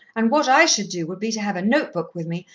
and what i should do, would be to have a note-book with me,